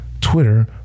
twitter